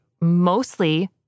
mostly